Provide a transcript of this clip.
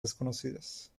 desconocidas